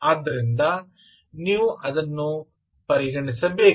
ಆದ್ದರಿಂದ ನೀವು ಅದನ್ನು ಪರಿಗಣಿಸಬೇಕು